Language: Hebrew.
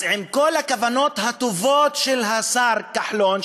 אז עם כל הכוונות הטובות של השר כחלון,